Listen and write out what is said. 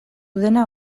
dena